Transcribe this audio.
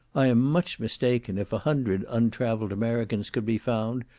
i am much mistaken if a hundred untravelled americans could be found,